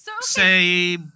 say